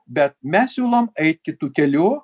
bet mes siūlom eit kitu keliu